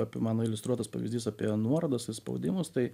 apie mano iliustruotas pavyzdys apie nuorodas i spaudimus tai